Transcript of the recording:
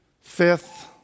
fifth